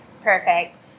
Perfect